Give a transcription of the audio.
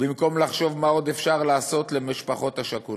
במקום לחשוב מה עוד אפשר לעשות למשפחות השכולות,